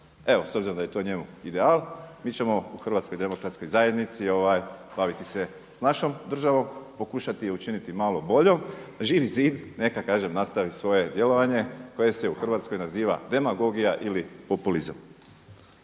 s obzirom da je to njemu ideal mi ćemo u HDZ-u baviti se s našom državom, pokušati je učiniti malo boljom. Živi zid neka kažem nastavi svoje djelovanje koje se u Hrvatskoj naziva demagogija ili populizam.